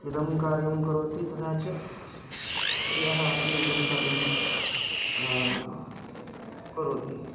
इदं कार्यं करोति तथा च स्त्रियः अपि इदं कार्यं करोति